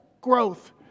growth